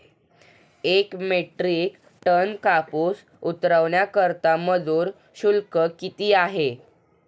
एक metric ton कापूस उतरवण्याकरता मजूर शुल्क किती आहे?